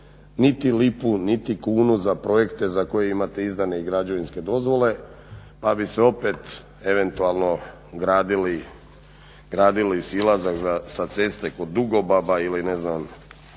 niti lipu, niti kunu za projekte za koje imate izdane i građevinske dozvole pa bi se opet eventualno gradili silazak sa ceste kod Dugobaba ili ne znam